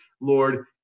lord